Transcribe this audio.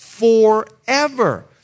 Forever